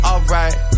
Alright